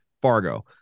fargo